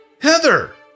heather